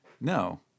no